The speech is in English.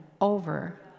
over